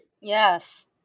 Yes